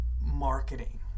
marketing